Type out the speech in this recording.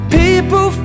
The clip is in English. people